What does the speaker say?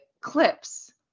clips